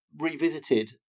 revisited